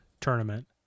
tournament